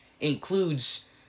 includes